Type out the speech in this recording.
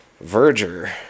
Verger